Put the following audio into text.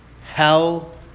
Hell